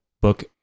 book